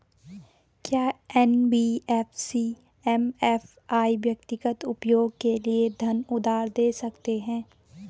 क्या NBFC MFI व्यक्तिगत उपयोग के लिए धन उधार दें सकते हैं?